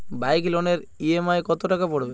Bike লোনের EMI কত টাকা পড়বে?